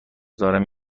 دارم